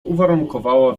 uwarunkowała